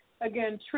Again